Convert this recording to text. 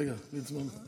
רגע, ליצמן.